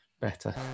better